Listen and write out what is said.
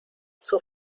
zur